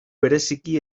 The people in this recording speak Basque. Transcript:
bereziki